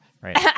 right